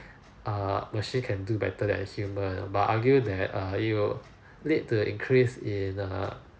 err machine can do better than human but I'll argue that err it will need to increase in err